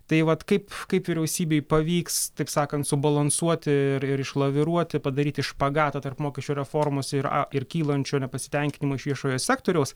tai vat kaip kaip vyriausybei pavyks taip sakant subalansuoti ir ir išlaviruoti padaryti špagatą tarp mokesčių reformos ir ir kylančio nepasitenkinimo iš viešojo sektoriaus